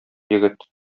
егет